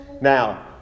Now